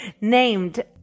named